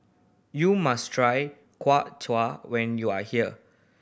you must try Kuay Chap when you are here